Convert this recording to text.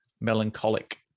melancholic